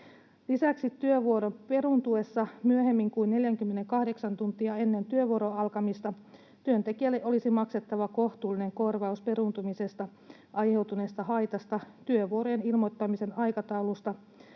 Lisäksi työvuoron peruuntuessa myöhemmin kuin 48 tuntia ennen työvuoron alkamista työntekijälle olisi maksettava kohtuullinen korvaus peruuntumisesta aiheutuneesta haitasta. Työvuorojen ilmoittamisen aikataulusta